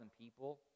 people